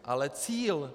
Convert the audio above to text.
Ale cíl!